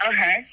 Okay